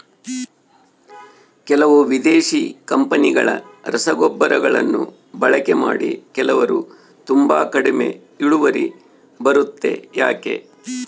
ಕೆಲವು ವಿದೇಶಿ ಕಂಪನಿಗಳ ರಸಗೊಬ್ಬರಗಳನ್ನು ಬಳಕೆ ಮಾಡಿ ಕೆಲವರು ತುಂಬಾ ಕಡಿಮೆ ಇಳುವರಿ ಬರುತ್ತೆ ಯಾಕೆ?